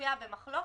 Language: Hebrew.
כשנויה במחלוקת,